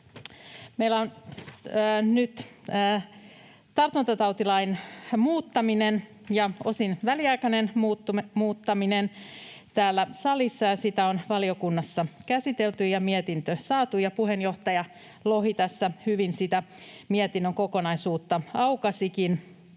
Meillä on nyt tartuntatautilain muuttaminen ja osin väliaikainen muuttaminen täällä salissa. Sitä on valiokunnassa käsitelty ja mietintö saatu, ja puheenjohtaja Lohi tässä hyvin sitä mietinnön kokonaisuutta aukaisikin.